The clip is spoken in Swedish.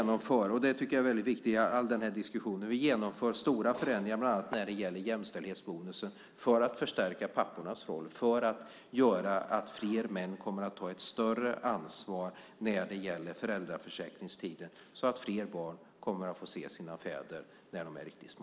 Något som jag tycker är väldigt viktigt i den här diskussionen är att vi genomför stora förändringar bland annat när det gäller jämställdhetsbonusen för att förstärka pappornas roll och göra att fler män kommer att ta ett större ansvar och ta ut mer av föräldraförsäkringstiden så att fler barn kommer att få se sina fäder när de är riktigt små.